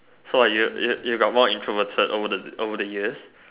so what you you you've got more introverted over the over the years